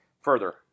further